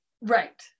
Right